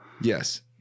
Yes